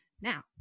Now